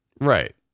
Right